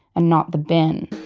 and not the bin.